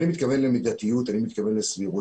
אני מתכון למידתיות ואני מתכוון לסבירות.